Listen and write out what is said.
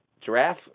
Giraffe